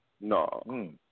No